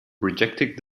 rejected